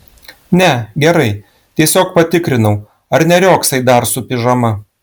ne gerai tiesiog patikrinau ar neriogsai dar su pižama